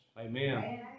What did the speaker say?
Amen